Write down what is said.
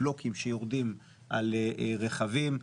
בלוקים שיורדים על רכבים,